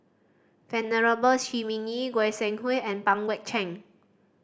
Venerable Shi Ming Yi Goi Seng Hui and Pang Guek Cheng